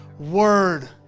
word